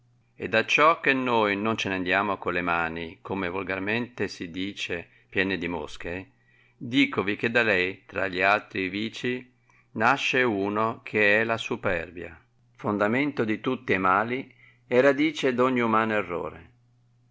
ed acciò che noi non ce ne andiamo con le mani come volgarmente si dice piene di mosche dicovi che da lei tra gli altri vicii nasce uno che è la superbia fondamento di tutti e mali e radice d'ogni umano errore